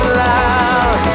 loud